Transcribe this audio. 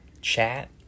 chat